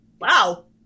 Wow